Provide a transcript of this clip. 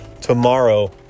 tomorrow